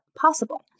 possible